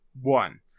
One